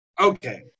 Okay